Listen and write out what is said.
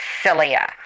cilia